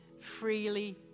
freely